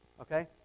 Okay